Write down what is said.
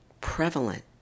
prevalent